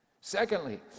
Secondly